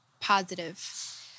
positive